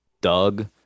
Doug